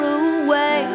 away